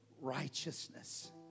righteousness